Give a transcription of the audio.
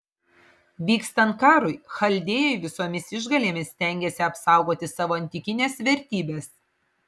vykstant karui chaldėjai visomis išgalėmis stengiasi apsaugoti savo antikines vertybes